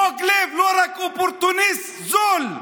מוג לב, לא רק אופורטוניסט זול.